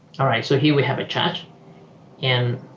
alright so here we have a charge and